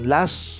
Last